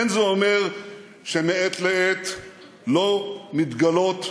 אין זה אומר שמעת לעת לא מתגלעות,